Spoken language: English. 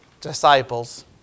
disciples